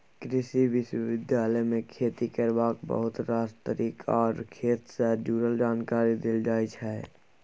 कृषि विश्वविद्यालय मे खेती करबाक बहुत रास तरीका आर खेत सँ जुरल जानकारी देल जाइ छै